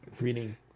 reading